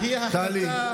טלי.